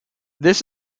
this